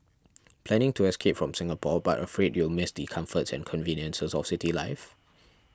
planning to escape from Singapore but afraid you'll miss the comforts and conveniences of city life